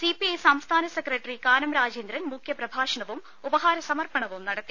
CPI സംസ്ഥാന secretary Kanam Rajendran മുഖ്യപ്രഭാഷണവും ഉപഹാര സമർപ്പണവും നടത്തി